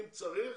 אם צריך,